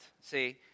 see